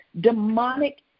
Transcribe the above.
demonic